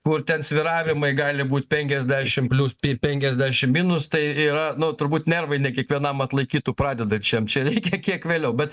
kur ten svyravimai gali būt penkiasdešimt plius pi penkiasdešimt minus tai yra nu turbūt nervai ne kiekvienam atlaikytų pradedančiąjam reikia kiek vėliau bet